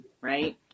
right